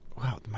Wow